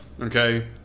Okay